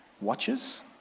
watches